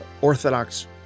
orthodox